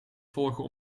volgen